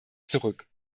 zurück